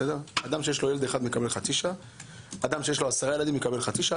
אדם שילד לו ילד 1 מקבל חצי שעה ואדם שיש לו 10 ילדים מקבל חצי שעה.